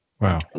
Wow